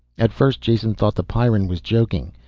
at first jason thought the pyrran was joking.